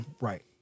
Right